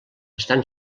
estan